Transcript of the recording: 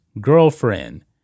girlfriend